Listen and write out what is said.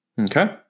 Okay